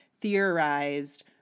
theorized